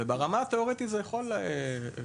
וברמה התיאורטית זה יכול לקרות.